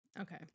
Okay